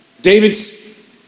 David's